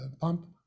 pump